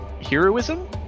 heroism